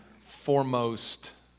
foremost